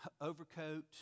overcoat